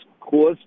caused